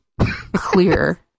clear